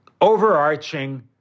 overarching